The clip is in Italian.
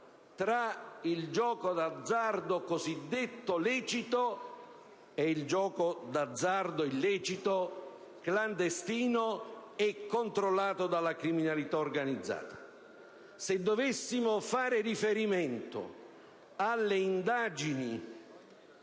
tra il gioco d'azzardo cosiddetto lecito e il gioco d'azzardo illecito, clandestino e controllato dalla criminalità organizzata. Se dovessimo fare riferimento alle molte indagini